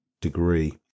degree